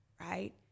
right